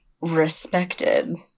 respected